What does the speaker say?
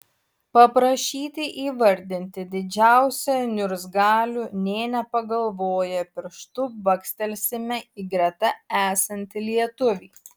paprašyti įvardinti didžiausią niurzgalių nė nepagalvoję pirštu bakstelsime į greta esantį lietuvį